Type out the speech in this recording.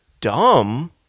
dumb